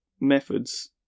methods